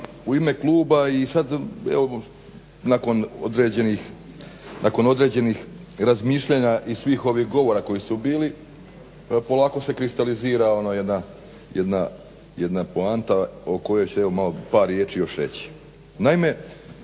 u ime kluba i sad evo nakon određenih razmišljanja i svih ovih govora koji su bili polako se kristalizira ona jedna poanta o kojoj ću evo još malo